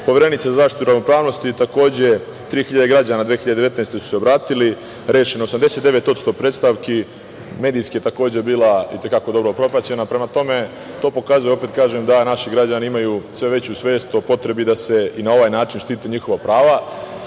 za zaštitu ravnopravnosti takođe 3.000 građana 2019. godine su se obratili. Rešeno 89% predstavki. Medijski je takođe bila i te kako dobro propraćena. Prema tome, to pokazuje, opet kažem, da naši građani imaju sve veću svest o potrebi da se i na ovaj način štite njihova prava.